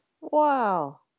wow